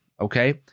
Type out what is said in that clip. okay